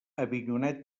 avinyonet